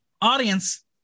Audience